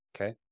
Okay